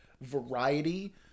variety